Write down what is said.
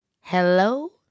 Hello